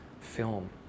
film